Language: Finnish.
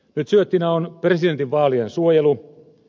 nyt syöttinä on presidentinvaalien suojelu